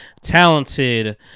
talented